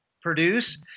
produce